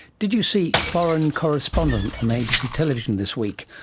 did you see foreign correspondent on abc television this week?